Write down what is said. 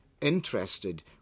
interested